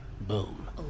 Boom